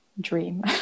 dream